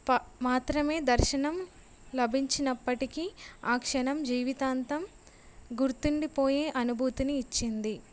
ప మాత్రమే దర్శనం లభించినప్పటికీ ఆ క్షణం జీవితాంతం గుర్తుండిపోయే అనుభూతిని ఇచ్చింది